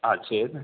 હા છે ને